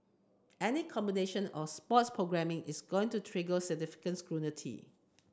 any combination of sports programming is going to trigger significant scrutiny